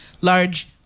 large